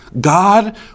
God